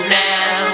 now